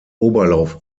oberlauf